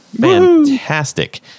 Fantastic